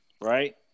right